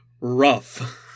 rough